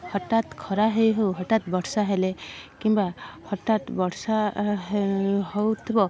ହଠାତ୍ ଖରା ହୋଇ ହଉ ହଠାତ୍ ବର୍ଷା ହେଲେ କିମ୍ବା ହଠାତ୍ ବର୍ଷା ହେଉଥିବ